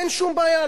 אין שום בעיה,